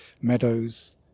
meadows